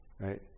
right